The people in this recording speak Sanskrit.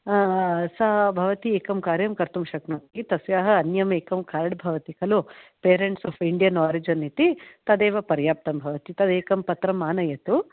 आ सा भवती एकं कार्यं कर्तुं शक्नोति तस्याः अन्यं एकं कार्ड् भवति खलु पेरण्ट्स् आफ़् इण्डियन् ओरिजिन् इति तदेव पर्याप्तं भवति तदेकं पत्रम् आनयतु अनन्तरं